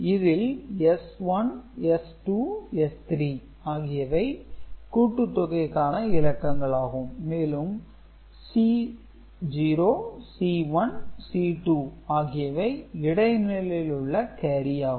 இதில் S 1 S 2 S 3 ஆகியவை கூட்டுத்தொகைக்கான இலக்கங்கள் ஆகும் மேலும் C0 C 1 C 2 ஆகியவை இடை நிலையில் உள்ள கேரி ஆகும்